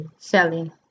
Shelly